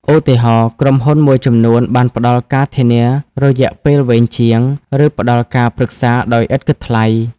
ឧទាហរណ៍ ក្រុមហ៊ុនមួយចំនួនបានផ្តល់ការធានារយៈពេលវែងជាង ឬផ្តល់ការប្រឹក្សាដោយឥតគិតថ្លៃ។